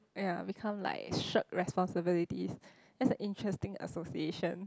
ya become like shirk responsibilities that's a interesting association